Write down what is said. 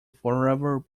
forever